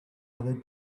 other